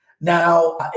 Now